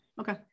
Okay